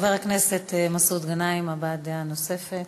חבר הכנסת מסעוד גנאים, הבעת דעה נוספת.